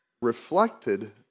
reflected